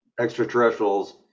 extraterrestrials